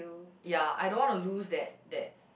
ya I don't want to lose that that